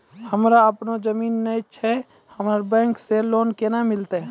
हमरा आपनौ जमीन नैय छै हमरा बैंक से लोन केना मिलतै?